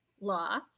law